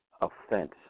offense